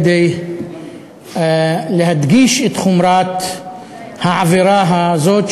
כדי להדגיש את חומרת העבירה הזאת,